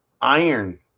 iron